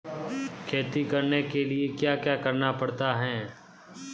खेती करने के लिए क्या क्या करना पड़ता है?